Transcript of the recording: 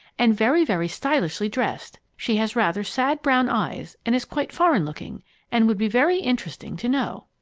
and very, very stylishly dressed. she has rather sad brown eyes and is quite foreign-looking and would be very interesting to know.